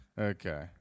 okay